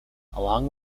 along